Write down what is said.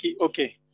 okay